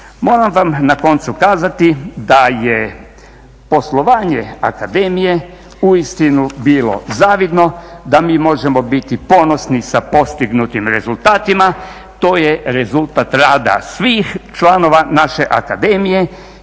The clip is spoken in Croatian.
Moram vam na koncu kazati da je poslovanje akademije uistinu bilo zavidno, da mi možemo biti ponosni sa postignutim rezultatima. To je rezultat rada svih članova naše akademije